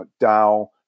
McDowell